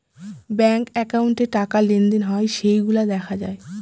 bank একাউন্টে টাকা লেনদেন হয় সেইগুলা দেখা যায়